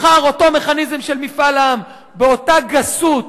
מחר, אותו מכניזם של משאל עם, באותה גסות,